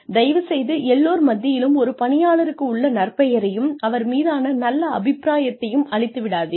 தயவுசெய்து எல்லோர் மத்தியிலும் ஒரு பணியாளருக்கு உள்ள நற்பெயரையும் அவர் மீதான நல்ல அபிப்ராயத்தையும் அழித்து விடாதீர்கள்